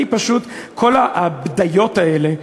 כל הבדיות האלה,